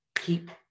keep